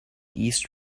east